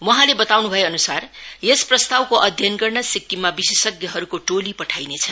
वहाँले बताउन् भएअन्सार यस प्रस्तावको अध्ययन गर्न सिक्किममा विशेषज्ञहरूको टोली पाठाइनेछ